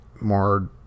More